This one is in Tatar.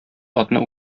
атны